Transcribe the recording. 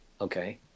okay